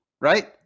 right